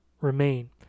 remain